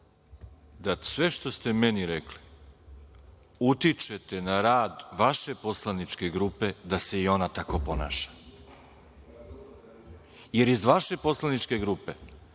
da sve što ste meni rekli utičete na rad vaše poslaničke grupe da se i ona tako ponaša, jer iz vaše poslanike grupe